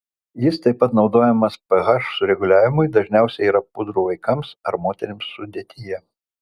jis taip pat naudojamas ph sureguliavimui dažniausiai yra pudrų vaikams ar moterims sudėtyje